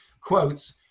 quotes